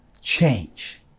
change